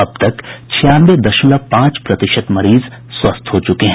अब तक छियानवे दशमलव पांच प्रतिशत मरीज स्वस्थ हो चुके हैं